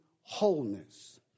wholeness